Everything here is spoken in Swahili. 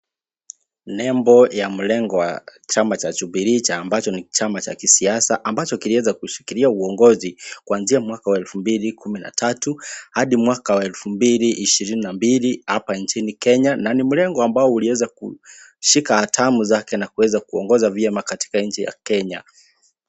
Nembo ya mrengo wa chama cha Jubilee ambacho ni chama cha kisiasa ambacho kiliweza kushikilia uongozi kuanzia mwaka wa 2013 hadi mwaka wa 2022 hapa nchini Kenya na ni mrengo ulioweza kushika hatamu zake na kuweza kuongoza vyema katika nchi ya Kenya.